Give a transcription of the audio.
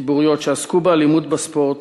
ציבוריות שעסקו באלימות בספורט,